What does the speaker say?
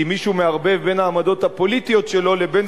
כי מישהו מערבב בין העמדות הפוליטיות שלו לבין